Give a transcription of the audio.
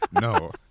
No